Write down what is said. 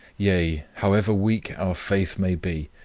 yea, however weak our faith may be,